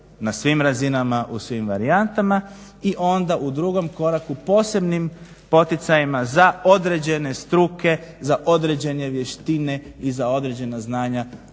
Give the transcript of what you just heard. na svim razinama u svim varijantama i onda u drugom koraku posebnim poticajima za određene struke, za određene vještine i za određena znanja